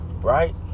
right